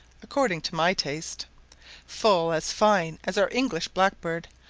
according to my taste full as fine as our english blackbird,